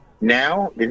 now